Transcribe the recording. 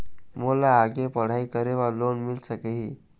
मोला आगे पढ़ई करे बर लोन मिल सकही?